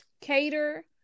cater